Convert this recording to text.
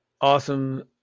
awesome